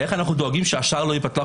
איך אנו דואגים שהשער לא ייפתח?